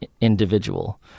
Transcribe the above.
individual